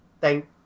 thank